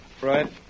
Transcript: Right